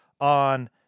on